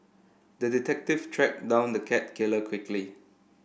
the detective tracked down the cat killer quickly